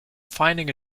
finding